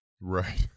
Right